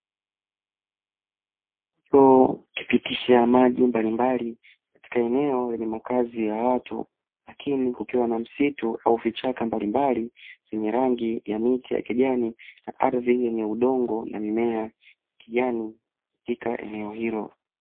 Mto hupitisha maji mbalimbali katika makazi ya watu, lakini kukiwa na msitu au vichaka mbalimbali, vyenye miti ya rangi ya kijani, ardhi yenye udongo na mimea ya kijani katika eneo hilo.